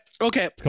Okay